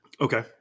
Okay